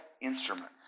instruments